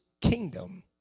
kingdom